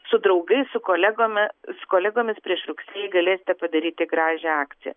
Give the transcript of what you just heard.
su draugais su kolegomi su kolegomis prieš rugsėjį galėsite padaryti gražią akciją